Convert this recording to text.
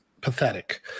pathetic